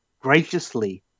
graciously